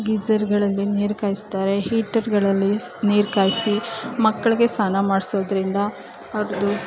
ಗೀಸರುಗಳಲ್ಲಿ ನೀರು ಕಾಯಿಸ್ತಾರೆ ಹೀಟರುಗಳಲ್ಲಿ ಸ್ ನೀರು ಕಾಯಿಸಿ ಮಕ್ಕಳಿಗೆ ಸ್ನಾನ ಮಾಡಿಸೋದ್ರಿಂದ ಅದು